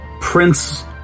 prince